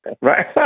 Right